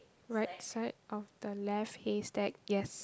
right side of the left haystack yes